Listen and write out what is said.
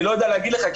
אני לא יודע להגיד לך,